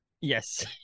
yes